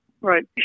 Right